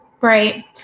Right